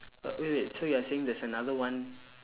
wait wait so you are saying there's another one